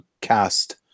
cast